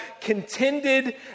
contended